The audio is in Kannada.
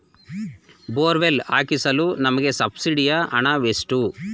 ಬೋರ್ವೆಲ್ ಹಾಕಿಸಲು ನಮಗೆ ಸಬ್ಸಿಡಿಯ ಹಣವೆಷ್ಟು?